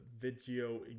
video